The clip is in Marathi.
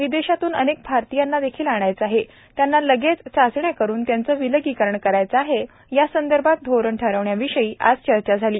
विदेशातून अनेक भारतीयांना आणायचे आहे त्यांना लगेच चाचण्या करून त्यांचे विलगीकरण करायचे आहे यासंदर्भात धोरण ठरविण्याविषयी आज चर्चा झाली